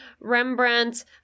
Rembrandt